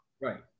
Right